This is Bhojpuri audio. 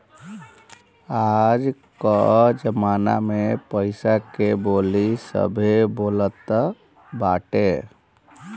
आज कअ जमाना में पईसा के बोली सभे बोलत बाटे